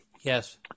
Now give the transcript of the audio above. Yes